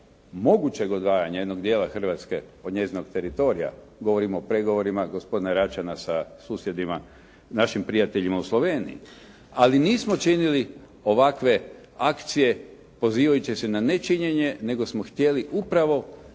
mogućeg odvajanja jednog dijela Hrvatske od njezinog teritorija. Govorim o pregovorima gospodina Račana sa susjedima, našim prijateljima u Sloveniji. Ali nismo činili ovakve akcije pozivajući se na nečinjenje, nego smo htjeli upravo